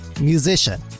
musician